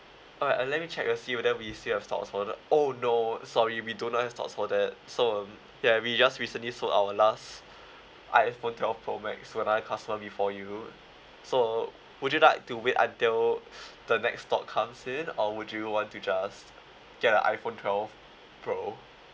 alright uh let me check uh see whether we still have stocks for that oh no sorry we don't have stocks for that so um yeah we just recently sold our last iphone twelve pro max to another customer before you so uh would you like to wait until the next stock comes in or would you want to just get a iphone twelve pro